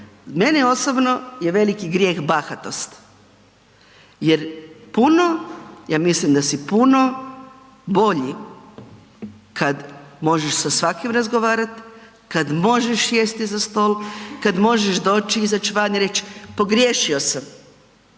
meni osobno je veliki grijeh bahatost jer puno, ja mislim da si puno bolji kada možeš sa svakim razgovarat, kad možeš sjesti za stol, kad možeš doći i izać van i reć pogriješio sam,